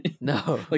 No